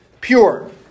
pure